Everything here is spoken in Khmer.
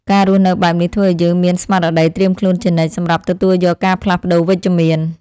ការរស់នៅបែបនេះធ្វើឱ្យយើងមានស្មារតីត្រៀមខ្លួនជានិច្ច សម្រាប់ទទួលយកការផ្លាស់ប្តូរវិជ្ជមាន។